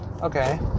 Okay